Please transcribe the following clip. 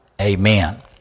Amen